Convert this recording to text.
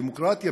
דמוקרטיה,